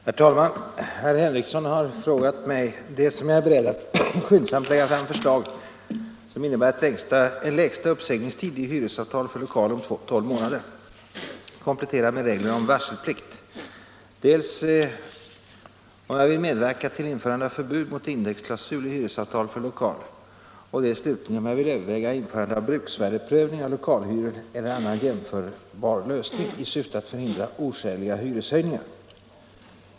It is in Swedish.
Herr talman! Herr Henrikson har frågat mig dels om jag är beredd att skyndsamt lägga fram förslag, innebärande en lägsta uppsägningstid i hyresavtal för lokal om tolv månader, kompletterad med regler om varselplikt, dels, slutligen, om jag vill överväga införande av bruksvärdeprövningen av lokalhyror eller annan jämförbar lösning i syfte att förhindra oskäliga hyreshöjningar.